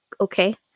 okay